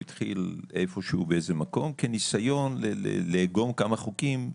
הוא התחיל איפשהו באיזה מקום כניסיון לאגום כמה חוקים,